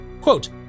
Quote